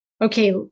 okay